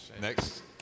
Next